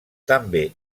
també